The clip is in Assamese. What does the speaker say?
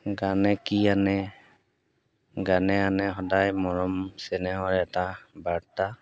গানে কি আনে গানে আনে সদায় মৰম চেনেহৰ এটা বাৰ্তা